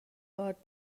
آرد